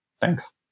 thanks